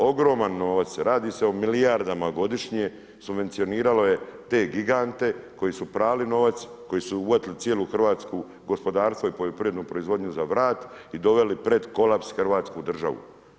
Ogroman novac radi se o milijardama godišnje subvencioniralo je te gigante koji su prali novac, koji su uvatili cijelu Hrvatsku gospodarstvo i poljoprivrednu proizvodnju za vrat i doveli pred kolaps Hrvatsku državu.